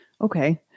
Okay